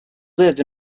live